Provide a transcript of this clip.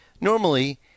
normally